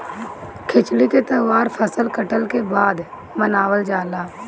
खिचड़ी के तौहार फसल कटले के बाद मनावल जाला